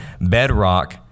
bedrock